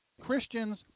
Christians